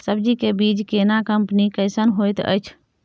सब्जी के बीज केना कंपनी कैसन होयत अछि?